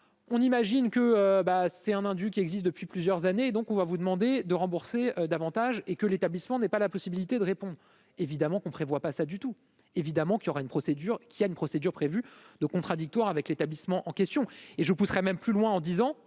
on imagine que bah c'est un un du qui existe depuis plusieurs années, donc on va vous demander de rembourser davantage et que l'établissement n'est pas la possibilité de répondre, évidemment qu'on prévoit pas ça du tout, évidemment qu'il y aura une procédure qui a une procédure prévue de contradictoire avec l'établissement en question et je pousserai même plus loin en disant